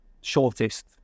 shortest